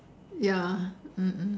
ya mm